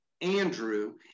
Andrew